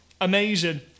amazing